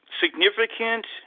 significant